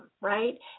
right